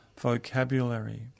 vocabulary